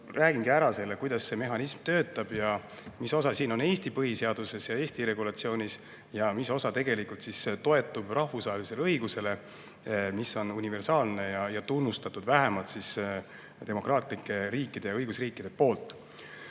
räägingi ära selle, kuidas see mehhanism töötab ja mis osa sellest on Eesti põhiseaduses ja Eesti regulatsioonis ja mis osa tegelikult toetub rahvusvahelisele õigusele, mis on universaalne ja tunnustatud vähemalt demokraatlike riikide ja õigusriikide poolt. Kogu